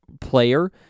player